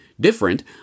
different